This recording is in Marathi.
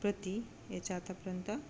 प्रती याच्या आतापर्यंत